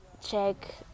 check